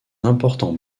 important